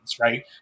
right